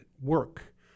work